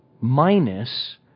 minus